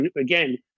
again